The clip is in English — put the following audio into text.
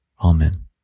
Amen